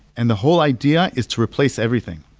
and the whole idea is to replace everything.